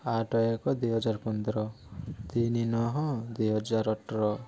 ଆଠ ଏକ ଦୁଇ ହଜାର ପନ୍ଦର ତିନି ନହ ଦୁଇ ହଜାର ଅଠର